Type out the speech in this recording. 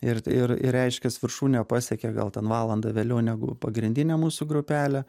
ir ir ir reiškias viršūnę pasiekė gal ten valandą vėliau negu pagrindinė mūsų grupelė